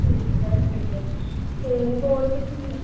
ਠੀਕ ਹੈ ਠੀਕ ਹੈ ਅਤੇ ਹੋਰ ਤੁਸੀਂ